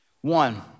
One